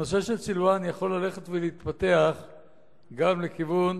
הנושא של סילואן יכול ללכת ולהתפתח גם לכיוון